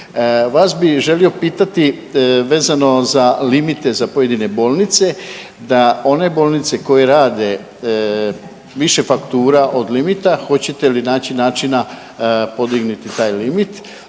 Vas bih želio pitati vezano za limite za pojedine bolnice da one bolnice koje rade više faktura od limita hoćete li naći načina podignuti taj limit?